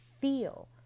feel